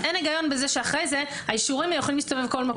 אין היגיון בזה שאחרי זה האישורים יכולים להסתובב בכל מקום.